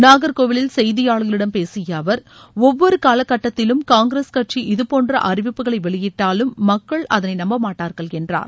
நாக்கோயிலில் செய்தியாளர்களிடம் பேசிய அவர் ஒவ்வொரு காலக்கட்டத்திலும் காங்கிரஸ் கட்சி இதுபோன்ற அறிவிப்புகளை வெளியிட்டாலும் மக்கள் அதனை நம்பமாட்டார்கள் என்றார்